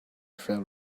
fell